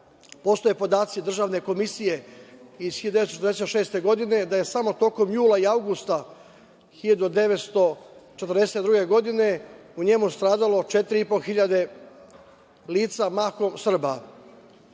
Postoje podaci državne komisije iz 1946. godine da je samo tokom jula i avgusta 1942. godine u njemu stradalo 4.500 lica, mahom Srba.